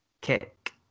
Kick